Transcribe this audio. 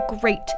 great